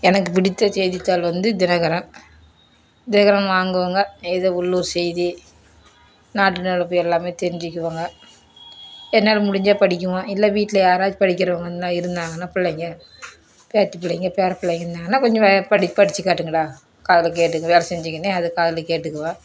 எனக்கு பிடித்த செய்தித்தாள் வந்து தினகரன் தினகரன் வாங்குவேங்க எதோ உள்ளூர் செய்தி நாட்டு நடப்பு எல்லாமே தெரிஞ்சிக்குவேங்க என்னால் முடிஞ்சால் படிக்குவேன் இல்லை வீட்டில் யாராச்சும் படிக்கிறவங்க இருந்தால் இருந்தாங்கன்னால் பிள்ளைங்க பேத்தி பிள்ளைங்க பேரப்பிள்ளைங்க இருந்தாங்கன்னால் கொஞ்சம் படித்து படித்துக்காட்டுங்கடா காதில் கேட்டு வேலை செஞ்சுக்கினே அது காதில் கேட்டுக்குவேன்